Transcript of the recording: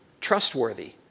trustworthy